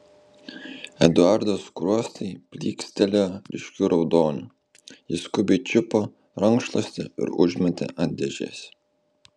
eduardo skruostai plykstelėjo ryškiu raudoniu jis skubiai čiupo rankšluostį ir užmetė ant dėžės